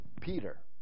Peter